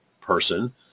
person